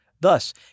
Thus